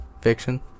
Fiction